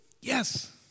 Yes